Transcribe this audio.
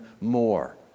more